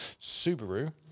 Subaru